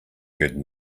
heard